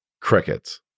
crickets